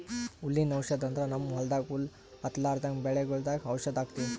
ಹುಲ್ಲಿನ್ ಔಷಧ್ ಅಂದ್ರ ನಮ್ಮ್ ಹೊಲ್ದಾಗ ಹುಲ್ಲ್ ಹತ್ತಲ್ರದಂಗ್ ಬೆಳಿಗೊಳ್ದಾಗ್ ಔಷಧ್ ಹಾಕ್ತಿವಿ